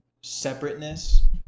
separateness